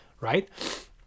right